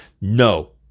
No